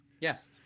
Yes